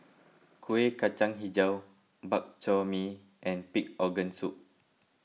Kueh Kacang HiJau Bak Chor Mee and Pig Organ Soup